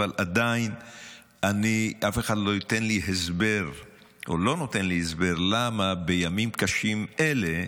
עדיין אף אחד לא נותן לי הסבר למה בימים קשים אלה,